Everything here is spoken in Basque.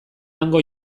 hango